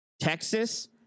Texas